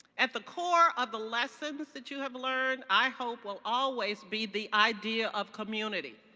at the core of the lessons that you have learned, i hope will always be the idea of community.